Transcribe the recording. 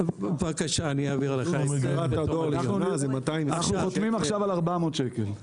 אנחנו חותמים עכשיו על 400 שקלים.